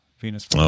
Venus